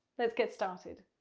let's get started.